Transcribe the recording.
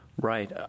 Right